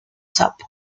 sapo